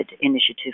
initiative